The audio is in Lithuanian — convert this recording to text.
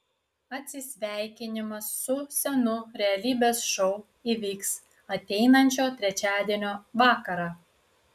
atsisveikinimas su senu realybės šou įvyks ateinančio trečiadienio vakarą